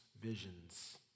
visions